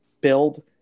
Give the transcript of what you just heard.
build